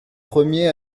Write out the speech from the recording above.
premier